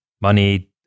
money